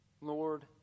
Lord